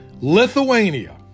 Lithuania